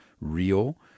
real